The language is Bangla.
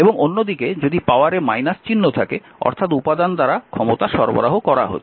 এবং অন্যদিকে যদি পাওয়ারে চিহ্ন থাকে অর্থাৎ উপাদান দ্বারা ক্ষমতা সরবরাহ করা হচ্ছে